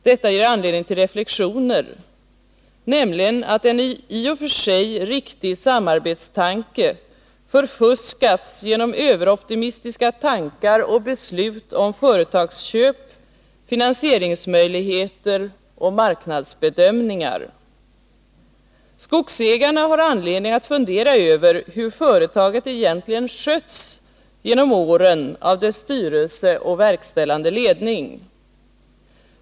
Detta ger anledning till en reflexion, nämligen att en i och för sig riktig samarbetstanke förfuskats genom överoptimistiska tankar och beslut om företagsköp, finansieringsmöjligheter och marknadsbedömningar. Skogsägarna har anledning att fundera över hur företaget egentligen skötts genom åren av sin styrelse och verkställande ledning.